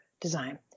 design